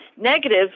negative